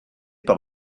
par